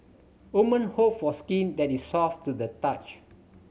women hope for skin that is soft to the touch